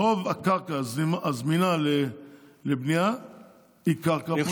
חולון, רוב הקרקע הזמינה לבנייה היא קרקע פרטית.